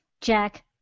Jack